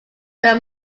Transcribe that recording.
their